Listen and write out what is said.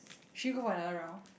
should we go for another round